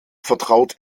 vertraut